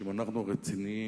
אם אנחנו רציניים,